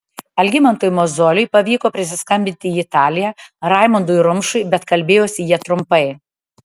algimantui mozoliui pavyko prisiskambinti į italiją raimondui rumšui bet kalbėjosi jie trumpai